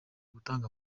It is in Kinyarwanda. gutanga